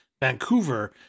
Vancouver